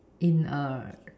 in a